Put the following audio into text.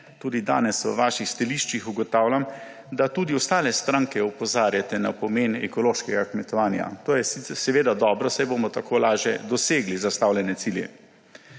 tudi danes v vaših stališčih ugotavljam, da tudi ostale stranke opozarjate na pomen ekološkega kmetovanja. To je seveda dobro, saj bomo tako lažje dosegli zastavljene cilje.